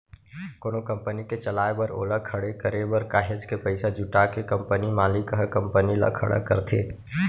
कोनो कंपनी के चलाए बर ओला खड़े करे बर काहेच के पइसा जुटा के कंपनी मालिक ह कंपनी ल खड़ा करथे